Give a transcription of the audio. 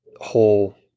whole